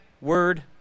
word